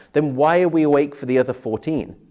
then why are we awake for the other fourteen?